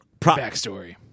Backstory